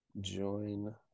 join